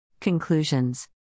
Conclusions